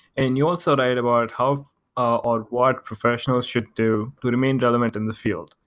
and and you also write about how or what professionals should do to remain relevant in the field.